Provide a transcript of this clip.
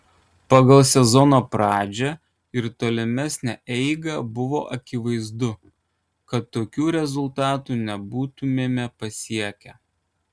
pagal sezono pradžią ir tolimesnę eigą buvo akivaizdu kad tokių rezultatų nebūtumėme pasiekę